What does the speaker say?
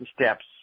steps